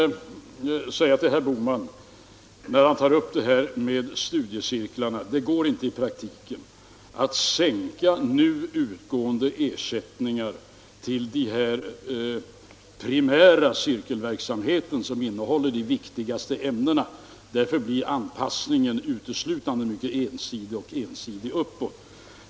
Beträffande studiecirklarna vill jag säga till herr Bohman att det går inte i praktiken att sänka nu utgående ersättningar till den primära cirkelverksamheten, som innehåller de viktigaste ämnena. Därför blir anpassningen ensidigt riktad uppåt.